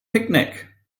picnic